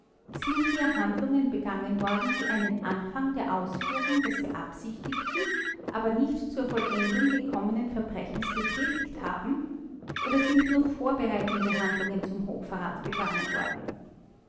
sind hier handlungen begangen worden die einen anfang der ausführung des beabsichtigten aber nicht zur vollendung gekommenen verbrechens betätigt haben oder sind nur vorbereitende handlungen zum hochverrat begangen worden